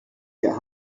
get